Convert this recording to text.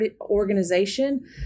organization